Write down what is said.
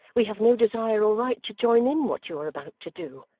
we have no desire or right to join in what you are about to do.